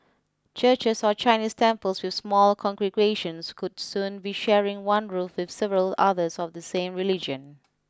churches or Chinese temples with small congregations could soon be sharing one roof with several others of the same religion